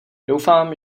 doufám